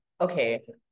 okay